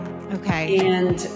Okay